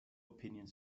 opinions